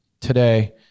today